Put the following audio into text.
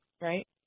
right